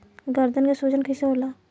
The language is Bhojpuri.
गर्दन के सूजन कईसे होला?